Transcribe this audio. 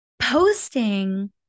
Posting